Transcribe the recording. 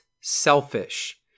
selfish